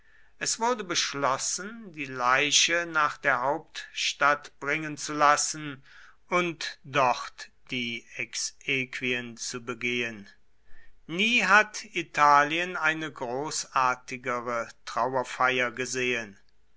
es wurde beschlossen die leiche nach der hauptstadt bringen zu lassen und dort die exequien zu begehen nie hat italien eine großartigere trauerfeier gesehen